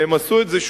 והם עשו את זה,